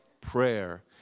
prayer